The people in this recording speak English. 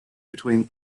between